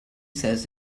says